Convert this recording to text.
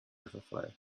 overflow